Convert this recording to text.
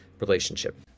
relationship